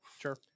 Sure